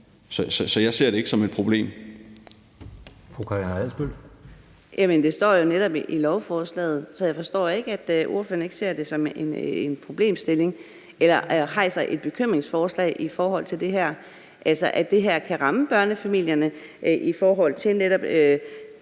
(DD): Men det står der jo netop i lovforslaget, så jeg forstår ikke, at ordføreren ikke ser det som en problemstilling eller rejser en bekymring i forhold til det her, altså at det her kan ramme børnefamilierne, i forhold til netop